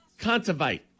Contavite